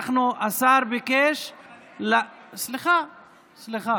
סליחה,